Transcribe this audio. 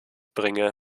bringe